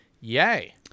yay